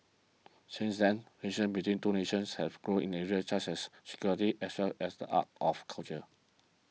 since then relations between two nations have grown in areas such as security as well as the arts of culture